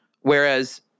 Whereas